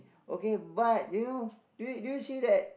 okay but you know do you do you see that